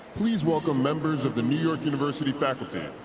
please welcome members of the new york university faculty.